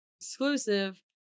exclusive